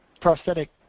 prosthetic